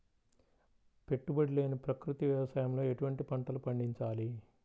పెట్టుబడి లేని ప్రకృతి వ్యవసాయంలో ఎటువంటి పంటలు పండించాలి?